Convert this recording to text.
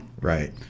Right